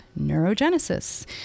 neurogenesis